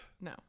no